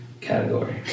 category